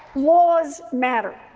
laws matter.